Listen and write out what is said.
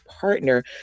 partner